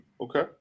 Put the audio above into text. Okay